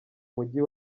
mujyi